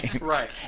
Right